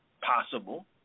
possible